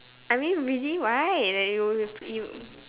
I mean really right that it will with him